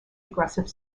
aggressive